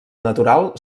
natural